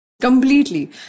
Completely